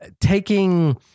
taking